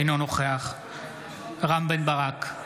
אינו נוכח רם בן ברק,